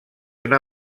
una